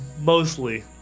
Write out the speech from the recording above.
mostly